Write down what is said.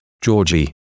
Georgie